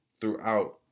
throughout